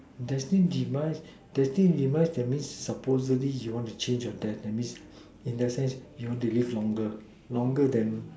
destine demise destine demise that means supposedly you want to change your destiny in the sense you want to live longer longer than